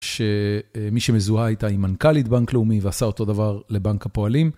שמי שמזוהה איתה היא מנכ״לית בנק לאומי ועשה אותו דבר לבנק הפועלים.